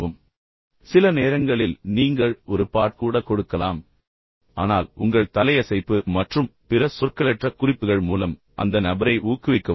நீங்கள் அந்த நபரை அறிந்திருந்தாலும் சில நேரங்களில் நீங்கள் ஒரு பாட் கூட கொடுக்கலாம் ஆனால் உங்கள் தலையசைப்பு மற்றும் பிற சொற்களற்ற குறிப்புகள் மூலம் அந்த நபரை ஊக்குவிக்கவும்